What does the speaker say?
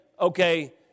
okay